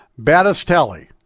Battistelli